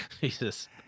Jesus